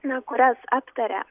na kurias aptaria